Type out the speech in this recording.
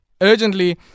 urgently